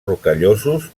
rocallosos